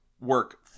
work